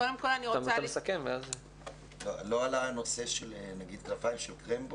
קודם כל אני רוצה ל --- לא עלה הנושא של נגיד 'כנפיים של קרמבו'?